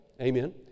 Amen